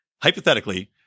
hypothetically